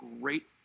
great